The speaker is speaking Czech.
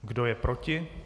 Kdo je proti?